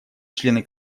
члены